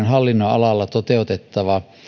hallinnonalalla toteutettava